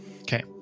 Okay